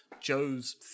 Joe's